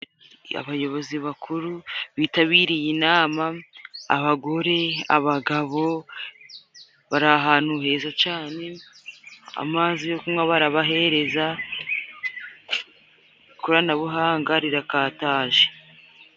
Iyo abayobozi bakuru bitabiriye inama, abagore, abagabo bari ahantu heza cane, amazi yo kunywa barabahereza, ikoranabuhanga rirakataje.